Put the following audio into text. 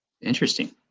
Interesting